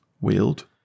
wield